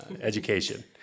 education